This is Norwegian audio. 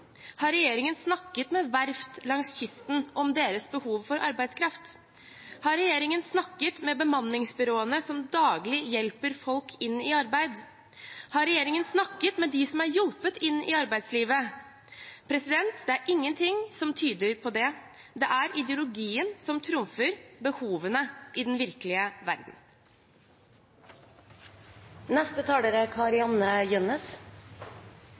Har regjeringen snakket med verft langs kysten om deres behov for arbeidskraft? Har regjeringen snakket med bemanningsbyråene, som daglig hjelper folk inn i arbeid? Har regjeringen snakket med dem som er hjulpet inn i arbeidslivet? Det er ingenting som tyder på det. Det er ideologien som trumfer behovene i den virkelige verden. En god skole med kompetente lærere er